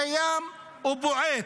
קיים ובועט.